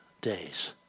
days